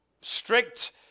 Strict